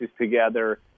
together